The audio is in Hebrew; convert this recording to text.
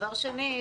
דבר נוסף